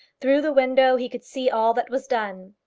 through the window he could see all that was done.